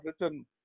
written